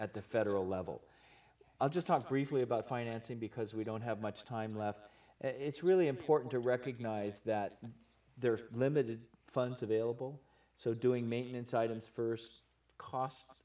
at the federal level i'll just talk briefly about financing because we don't have much time left it's really important to recognize that there are limited funds available so doing maintenance items st cos